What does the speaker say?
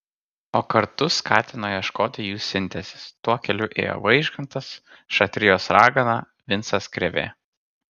o kartu skatino ieškoti jų sintezės tuo keliu ėjo vaižgantas šatrijos ragana vincas krėvė